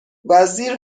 وزیر